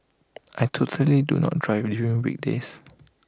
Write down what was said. I totally do not drive during weekdays